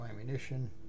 Ammunition